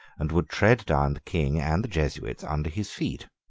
and would tread down the king and the jesuits under his feet.